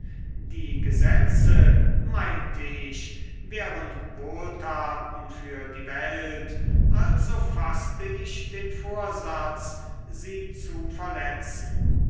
die gesetze meinte ich wären wohltaten für die welt also faßte ich den vorsatz sie zu verletzen